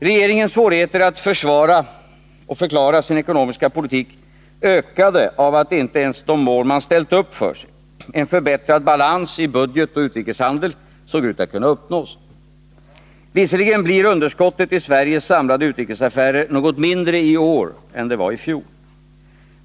Regeringens svårigheter att försvara och förklara sin ekonomiska politik ökade genom att inte ens de mål man ställt upp för sig — en förbättrad balans i budget och utrikeshandel — såg ut att kunna uppnås. Visserligen blir underskottet i Sveriges samlade utrikesaffärer något mindre i år än det var i fjol.